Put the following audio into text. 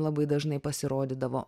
labai dažnai pasirodydavo